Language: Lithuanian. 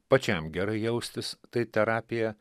pačiam gerai jaustis tai terapija